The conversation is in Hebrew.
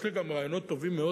יש לי גם רעיונות טובים מאוד,